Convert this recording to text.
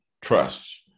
trust